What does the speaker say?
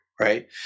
right